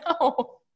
No